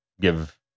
give